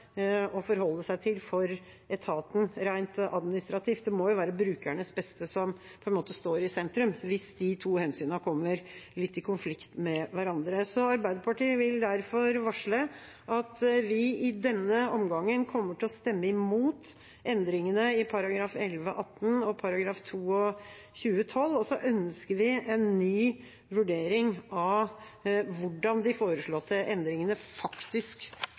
å forholde seg til for etaten rent administrativt. Det må jo være brukernes beste som står i sentrum hvis de to hensynene kommer litt i konflikt med hverandre. Arbeiderpartiet vil derfor varsle at vi i denne omgangen kommer til å stemme imot endringene i §§ 11-18 og 22-12, og så ønsker vi en ny vurdering av hvordan de foreslåtte endringene faktisk